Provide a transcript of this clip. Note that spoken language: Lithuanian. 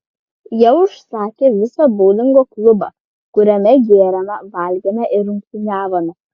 jie užsakė visą boulingo klubą kuriame gėrėme valgėme ir rungtyniavome